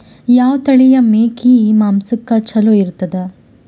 ಯಾವ ತಳಿಯ ಮೇಕಿ ಮಾಂಸಕ್ಕ ಚಲೋ ಇರ್ತದ?